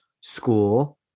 school